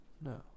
No